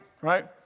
right